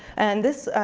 and this,